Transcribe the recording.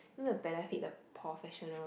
you know benefit the professional